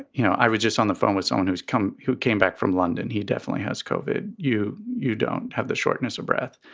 you know, i was just on the phone with someone who's come who came back from london. he definitely has covered you. you don't have the shortness of breath.